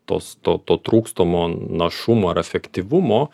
tos to to trūkstamo našumo ar efektyvumo